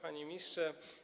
Panie Ministrze!